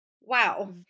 Wow